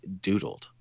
doodled